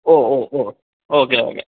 O ഒ ഒ okay okay